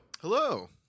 Hello